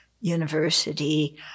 university